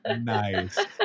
nice